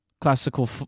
classical